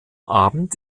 abend